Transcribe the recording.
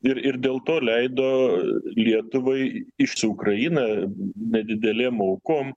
ir ir dėl to leido lietuvai iš su ukraina be didelėm aukom